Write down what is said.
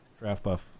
DraftBuff